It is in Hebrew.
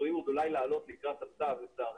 שצפויים עוד אולי לעלות לקראת הסתיו לצערנו,